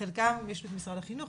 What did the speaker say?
חלקם במשרד החינוך,